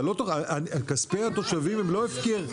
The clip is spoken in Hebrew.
כספי התושבים הם לא הפקר,